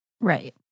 Right